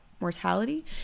mortality